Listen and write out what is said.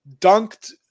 dunked